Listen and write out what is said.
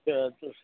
कि